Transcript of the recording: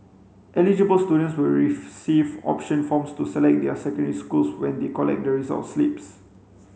eligible students will receive option forms to select their secondary schools when they collect the results slips